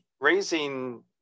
raising